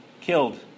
killed